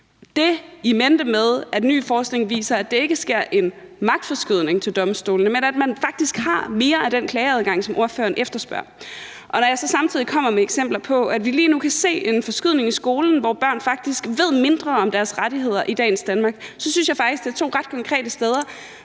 Det i mente sammen med, at ny forskning viser, at der ikke sker en magtforskydning til domstolene, men at man faktisk har mere af den klageadgang, som ordføreren efterspørger, og når jeg samtidig kommer med eksempler på, at vi nu kan se en forskydning i skolen, hvor børn faktisk ved mindre om deres rettigheder i dagens Danmark, så synes jeg faktisk, at det er to ret konkrete steder,